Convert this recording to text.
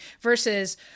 versus